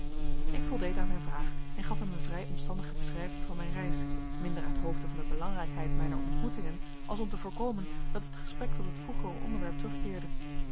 ik voldeed aan zijn vraag en gaf hem een vrij omstandige beschrijving van mijn reis minder uithoofde van de belangrijkheid mijner ontmoetingen als om te voorkomen dat het gesprek tot het vroegere onderwerp terugkeerde